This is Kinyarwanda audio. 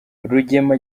rugema